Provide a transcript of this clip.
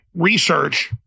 research